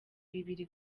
bibiri